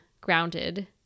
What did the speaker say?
grounded